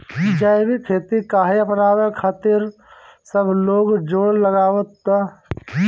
जैविक खेती काहे अपनावे खातिर सब लोग जोड़ लगावत बा?